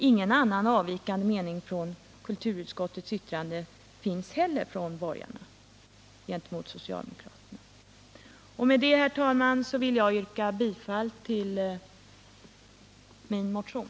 Socialdemokraterna i utskottet anför inte heller någon annan mot borgarna avvikande mening. Med detta, herr talman, vill jag yrka bifall till vår motion.